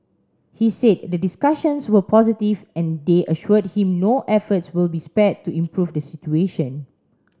he said the discussions were positive and they assured him no efforts will be spared to improve the situation